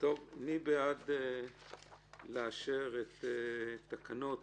מי בעד לאשר את תקנות